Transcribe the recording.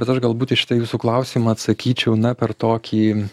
bet aš galbūt į šitą jūsų klausimą atsakyčiau na per tokį